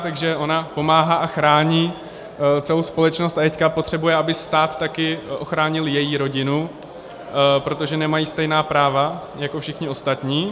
Takže ona pomáhá a chrání celou společnost a teď potřebuje, aby stát taky ochránil její rodinu, protože nemají stejná práva jako všichni ostatní.